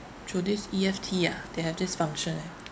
through this E_F_T ah they have this function eh